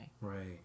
Right